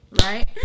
Right